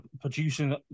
producing